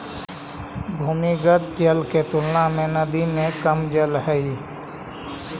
भूमिगत जल के तुलना में नदी में कम जल हई